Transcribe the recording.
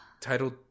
titled